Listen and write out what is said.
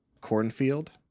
cornfield